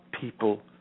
people